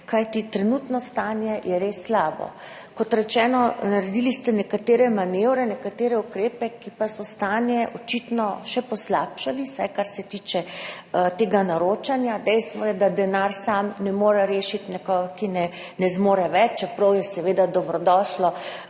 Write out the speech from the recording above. Kajti trenutno stanje je res slabo. Kot rečeno, naredili ste nekatere manevre, nekatere ukrepe, ki pa so stanje očitno še poslabšali, vsaj kar se tiče tega naročanja. Dejstvo je, da denar sam ne more rešiti nekoga, ki ne zmore več, čeprav je, seveda, dobrodošlo